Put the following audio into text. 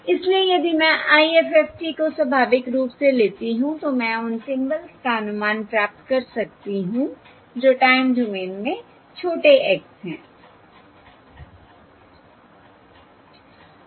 इसलिए यदि मैं IFFT को स्वाभाविक रूप से लेती हूं तो मैं उन सिंबल्स का अनुमान प्राप्त कर सकती हूं जो टाइम डोमेन में छोटे x s हैं